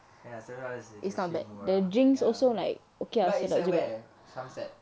ya seven dollar is is actually murah ya but it's at where somerset